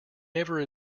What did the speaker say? never